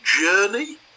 journey